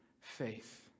faith